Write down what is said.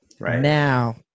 now